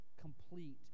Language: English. complete